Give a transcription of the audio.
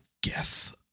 guess